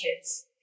kids